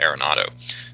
Arenado